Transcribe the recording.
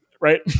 Right